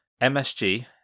MSG